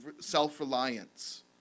self-reliance